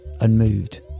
unmoved